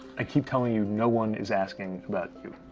i keep telling you, no one is asking about you.